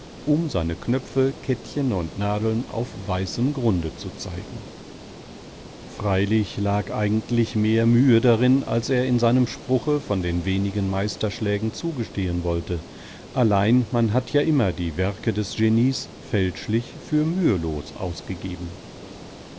um seine knöpfe kettchen und nadeln auf weißem grunde zu zeigen freilich lag eigentlich mehr mühe darin als er in seinem spruche von den wenigen meisterschlägen zugestehen wollte allein man hat ja immer die werke des genies fälschlich für mühelos ausgegeben